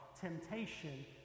temptation